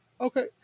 Okay